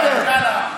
יאללה.